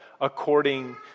according